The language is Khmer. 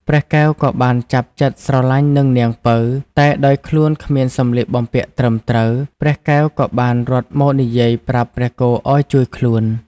ព្រះកែវក៏បានចាប់ចិត្តស្រឡាញ់នឹងនាងពៅ តែដោយខ្លួនគ្មានសម្លៀកបំពាក់ត្រឹមត្រូវ ព្រះកែវក៏បានរត់មកនិយាយប្រាប់ព្រះគោឲ្យជួយខ្លួន។